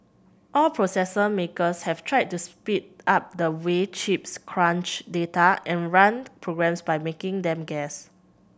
all processor makers have tried to speed up the way chips crunch data and run programs by making them guess